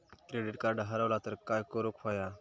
Credit card हरवला तर काय करुक होया?